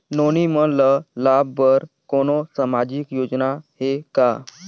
नोनी मन ल लाभ बर कोनो सामाजिक योजना हे का?